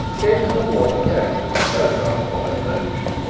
gave him a warning note as the telegraph-boy approached.